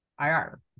IR